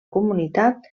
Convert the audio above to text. comunitat